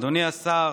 אדוני השר,